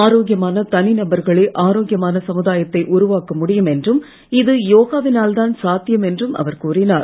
ஆரோக்கியமான தனி நபர்களே ஆரோக்கியமான சமுதாயத்தை உருவாக்க முடியும் என்றும் இது யோகாவினால்தான் சாத்தியம் என்றும் அவர் கூறினார்